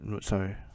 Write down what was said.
sorry